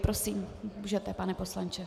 Prosím můžete, pane poslanče.